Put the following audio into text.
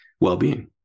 well-being